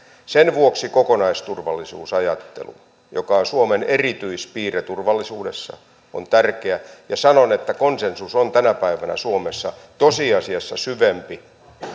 sen vuoksi kokonaisturvallisuusajattelu joka on suomen erityispiirre turvallisuudessa on tärkeä ja sanon että konsensus on tänä päivänä suomessa tosiasiassa syvempi